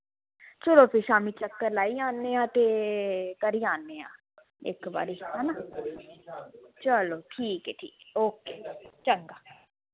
चलो फ्ही शाम्मी चक्कर लाई आनेआं ते करी आनेआं इक बारी हैना चलो ठीक ऐ ठीक ऐ ओके चंगा